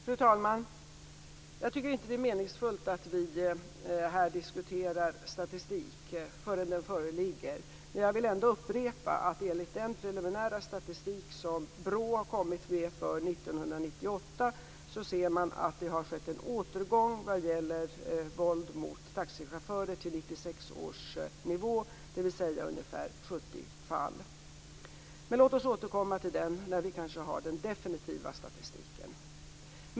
Fru talman! Jag tycker inte att det är meningsfullt att vi här diskuterar statistik förrän denna föreligger. Jag vill ändå upprepa att enligt den preliminära statistik som BRÅ har kommit med för 1998 ser man att det vad gäller våld mot taxichaufförer har skett en återgång till 1996 års nivå - dvs. ungefär 70 fall. Men låt oss återkomma till den när vi kanske har den definitiva statistiken.